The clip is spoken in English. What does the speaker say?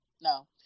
No